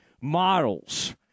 models